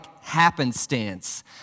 happenstance